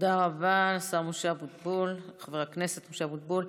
תודה רבה, משה אבוטבול, חבר הכנסת משה אבוטבול.